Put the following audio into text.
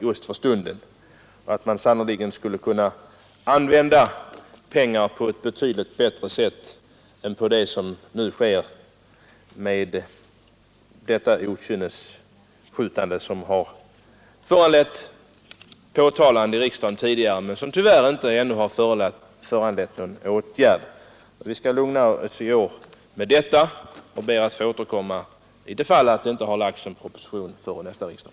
Pengarna skulle sannerligen kunna användas på ett betydligt bättre sätt än genom detta okynnesskjutande, som har påtalats i riksdagen tidigare men som tyvärr ännu inte föranlett någon åtgärd. Vi lugnar oss emellertid med det besked som nu lämnats men ber att få återkomma om det inte framläggs någon proposition för nästa riksdag.